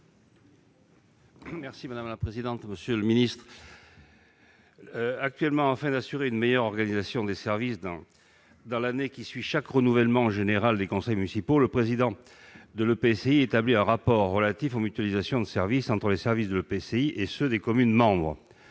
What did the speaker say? : La parole est à M. Jean-Pierre Grand. Actuellement, afin d'assurer une meilleure organisation des services, dans l'année qui suit chaque renouvellement général des conseils municipaux, le président de l'EPCI établit un rapport relatif aux mutualisations de services entre l'EPCI et les communes membres.